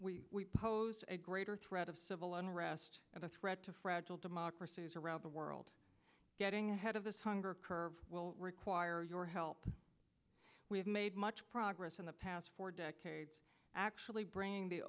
we pose a greater threat of civil unrest of a threat to fragile democracies around the world getting ahead of this hunger curve will require your help we have made much progress in the past four decades actually bringing the